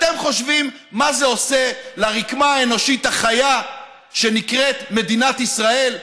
אתם חושבים מה זה עושה לרקמה האנושית החיה שנקראת מדינת ישראל?